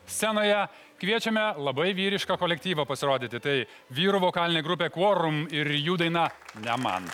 scenoje kviečiame labai vyrišką kolektyvą pasirodyti tai vyrų vokalinė grupė kvorum ir jų daina ne man